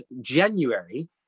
January